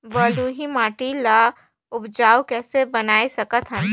बलुही माटी ल उपजाऊ कइसे बनाय सकत हन?